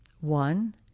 One